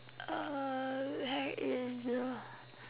uh where is the